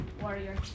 warrior